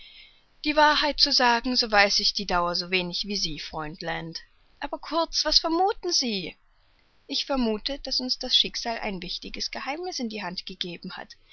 die wahrheit zu sagen so weiß ich die dauer so wenig wie sie freund land aber kurz was vermuthen sie ich vermuthe daß uns das schicksal ein wichtiges geheimniß in die hand gegeben hat